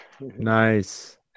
nice